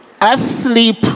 asleep